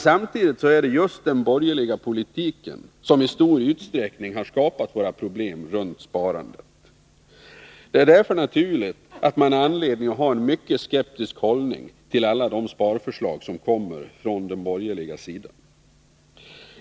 Samtidigt är det just den borgerliga politiken som i stor utsträckning skapat våra problem runt sparandet. Man har därför anledning att inta en mycket skeptisk hållning till alla de sparförslag som kommer från den borgerliga sidan.